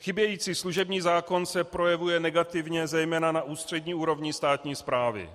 Chybějící služební zákon se projevuje negativně zejména na ústřední úrovni státní správy.